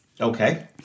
Okay